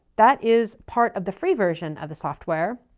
that is part of the free version of the software.